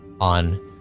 on